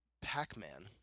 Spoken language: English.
Pac-Man